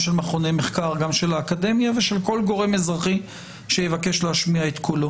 דובר בחסימת דרכם של אנשים ששירתו את מדינת ישראל.